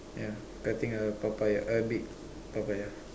ya cutting a Papaya a big Papaya